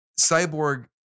Cyborg